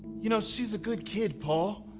you know, she's a good kid paul